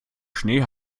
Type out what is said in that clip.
schnee